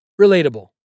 relatable